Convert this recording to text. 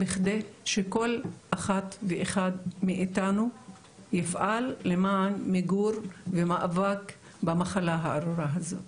בכדי שכל אחד ואחת מאיתנו יפעל למען מיגור ומאבק במחלה הארורה הזאת.